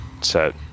Set